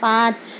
پانچ